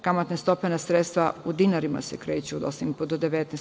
Kamatne stope na sredstva u dinarima se kreću od 8,5% do 19%